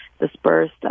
dispersed